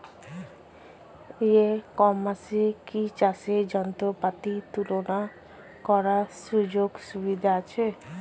ই কমার্সে কি চাষের যন্ত্রপাতি তুলনা করার সুযোগ সুবিধা আছে?